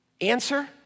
Answer